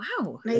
Wow